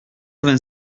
vingt